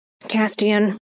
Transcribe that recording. Castian